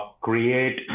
create